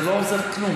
זה לא עוזר כלום.